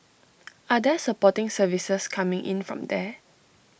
are there supporting services coming in from there